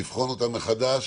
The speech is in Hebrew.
לבחון אותם מחדש.